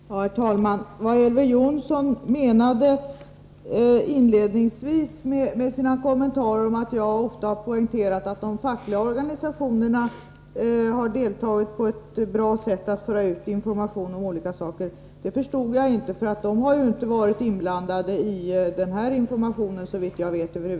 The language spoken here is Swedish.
Herr talman! Vad Elver Jonsson menade inledningsvis med sin kommentar att jag ofta har poängterat att de fackliga organisationerna har medverkat på ett bra sätt till att få ut information om olika saker förstod jag inte. De har inte varit inblandade i den här informationen, såvitt jag vet.